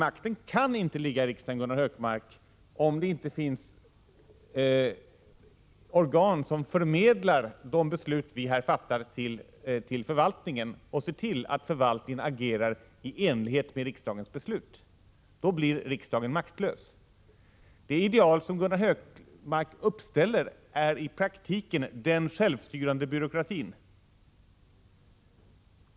Men makten kan inte ligga hos riksdagen, Gunnar Hökmark, om 13 maj 1987 det inte finns organ som förmedlar de beslut vi här fattar till förvaltningen och ser till att förvaltningen handlar i enlighet med dessa beslut. Då blir riksdagen maktlös. Det ideal som Gunnar Hökmark ställer upp är i praktiken den självstyrande byråkratin.